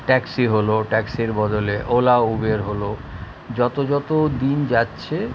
taxi হলো ট্যাক্সির বদলে ওলা উবের হলো যতো যতো দিন যাচ্ছে